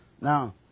Now